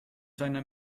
seiner